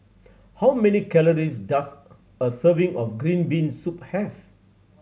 how many calories does a serving of green bean soup have